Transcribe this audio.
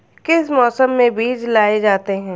किस मौसम में बीज लगाए जाते हैं?